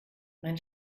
mein